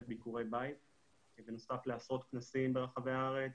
ביקורי בית בנוסף לעשרות כנסים ברחבי הארץ.